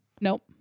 Nope